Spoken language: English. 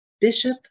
Bishop